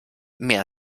mehr